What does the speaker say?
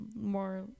more